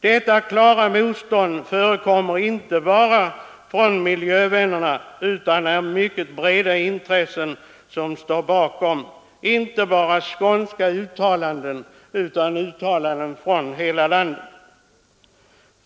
Detta klara motstånd kommer inte bara från miljövännerna, utan mycket breda intressen står bakom — det är inte bara skånska uttalanden utan uttalanden från hela landet.